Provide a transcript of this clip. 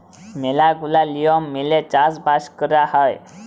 ম্যালা গুলা লিয়ম মেলে চাষ বাস কয়রা হ্যয়